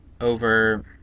over